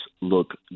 look